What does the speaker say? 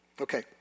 Okay